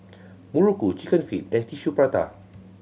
muruku Chicken Feet and Tissue Prata